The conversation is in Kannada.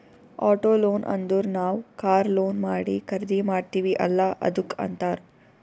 ಆಟೋ ಲೋನ್ ಅಂದುರ್ ನಾವ್ ಕಾರ್ ಲೋನ್ ಮಾಡಿ ಖರ್ದಿ ಮಾಡ್ತಿವಿ ಅಲ್ಲಾ ಅದ್ದುಕ್ ಅಂತ್ತಾರ್